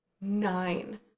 nine